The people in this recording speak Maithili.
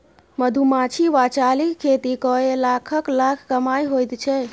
मधुमाछी वा चालीक खेती कए लाखक लाख कमाई होइत छै